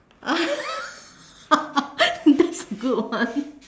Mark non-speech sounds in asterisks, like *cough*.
ah *laughs* that's a good one